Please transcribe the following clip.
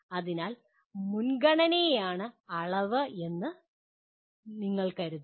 അതിനാൽ മുൻഗണനയാണ് അളവ് എന്ന് നിങ്ങൾ കരുതുന്നു